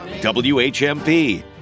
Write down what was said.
WHMP